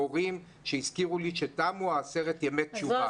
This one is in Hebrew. מהורים שהזכירו לי שתמו עשרת ימי תשובה.